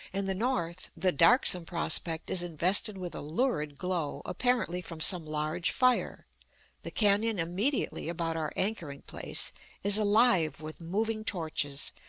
in the north, the darksome prospect is invested with a lurid glow, apparently from some large fire the canon immediately about our anchoring place is alive with moving torches,